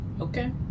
Okay